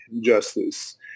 justice